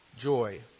joy